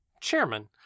chairman